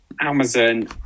Amazon